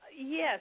Yes